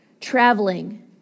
Traveling